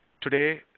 Today